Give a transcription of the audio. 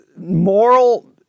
moral